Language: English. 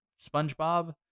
SpongeBob